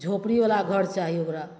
झोपड़ी बला घर चाही ओकरा